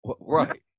Right